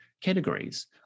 categories